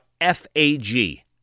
F-A-G